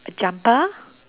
a jumper